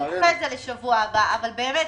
נדחה את זה לשבוע הבא אבל הפעם